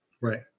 Right